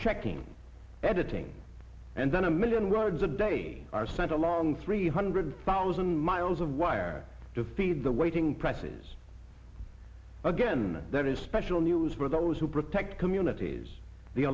checking editing and then a million words a day are sent along three hundred thousand miles of wire to feed the waiting presses again that is special news for those who protect communities the